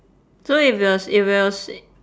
so if it was if it was